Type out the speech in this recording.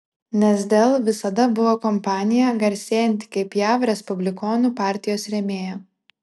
nes dell visada buvo kompanija garsėjanti kaip jav respublikonų partijos rėmėja